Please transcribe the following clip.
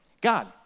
God